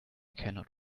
cannot